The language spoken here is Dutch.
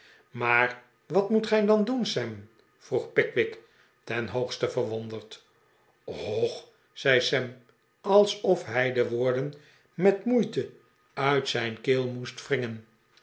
lvlaar wat moet gij dan doen sam vroeg pickwick ten hoogste verwonderd och zei sam also hij de woorden met moeite uit zijn keel moest wringen